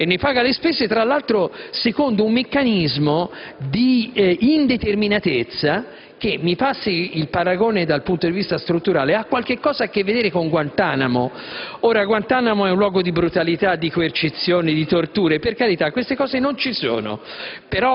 E ne paga le spese, tra l'altro, secondo un meccanismo di indeterminatezza che - mi passi il paragone dal punto di vista strutturale - ha qualcosa a che vedere con Guantanamo. Guantanamo è un luogo di brutalità, di coercizione e di torture. Per carità, queste cose non ci sono,